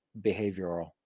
behavioral